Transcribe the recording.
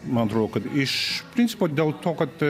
man atrodo kad iš principo dėl to kad